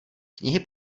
knihy